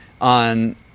on